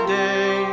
day